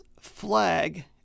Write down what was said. Flag